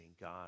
God